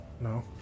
No